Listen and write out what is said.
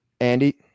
Andy